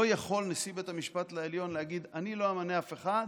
לא יכול נשיא בית המשפט העליון להגיד: אני לא אמנה אף אחד,